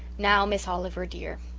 now, miss oliver, dear,